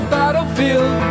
battlefield